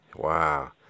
Wow